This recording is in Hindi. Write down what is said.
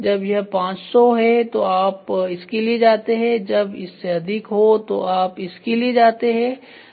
जब यह 500 है तो आप इसके लिए जाते हैं जब यह इससे अधिक हो आप इसके लिए जाते हैं